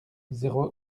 zéro